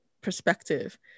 perspective